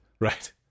Right